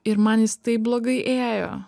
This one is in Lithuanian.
ir man jis taip blogai ėjo